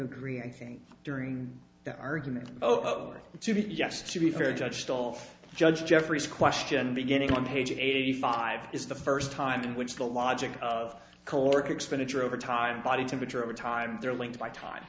agree i think during that argument to be yes to be fair judge golf judge jeffreys question beginning on page eighty five is the first time in which the logic of caloric expenditure over time body temperature over time they're linked by time t